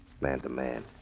man-to-man